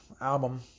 album